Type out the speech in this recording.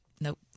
Nope